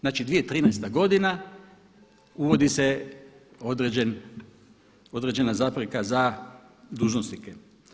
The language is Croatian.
Znači 2013. godina uvodi se određena zapreka za dužnosnike.